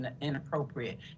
inappropriate